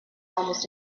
almost